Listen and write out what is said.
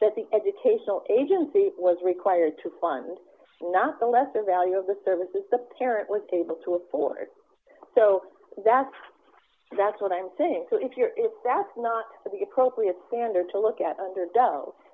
that the educational agency was required to fund not the lesser value of the services the parent was able to afford so that's that's what i'm think so if you're if that's not the appropriate standard to look at under d